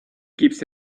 keeps